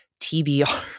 TBR